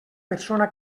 persona